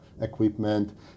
equipment